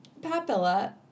Papilla